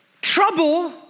Trouble